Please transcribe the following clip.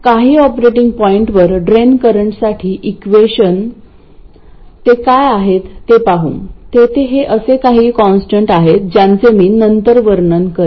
काही ऑपरेटिंग पॉईंटवर ड्रेन करंटसाठीचे इक्वेशन ते काय आहेत ते पाहू तेथे हे असे काही कॉन्स्टंट आहेत ज्याचे मी नंतर वर्णन करेन